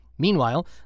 Meanwhile